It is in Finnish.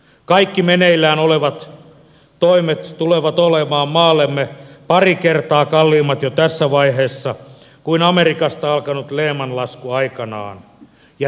kaikki meneillään olevat toimet tulevat olemaan maallemme pari kertaa kalliimmat jo tässä vaiheessa kuin amerikasta alkanut lehman lasku aikanaan ja silläkin pelotellaan